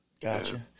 Gotcha